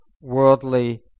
worldly